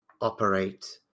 operate